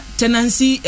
tenancy